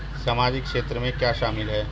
सामाजिक क्षेत्र में क्या शामिल है?